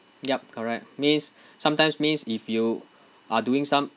yup correct means sometimes means if you are doing some